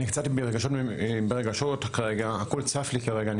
אני קצת ברגשות כרגע, הכל צף לי כרגע.